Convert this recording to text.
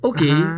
Okay